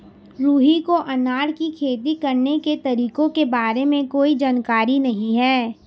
रुहि को अनार की खेती करने के तरीकों के बारे में कोई जानकारी नहीं है